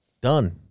done